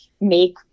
make